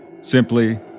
Simply